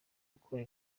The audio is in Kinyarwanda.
ukore